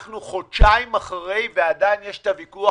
אנחנו חודשיים אחרי ועדיין יש את הוויכוח